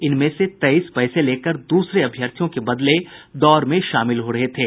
इनमें से तेईस पैसे लेकर दूसरे अभ्यर्थियों के बदले दौड़ में शामिल हो रहे थे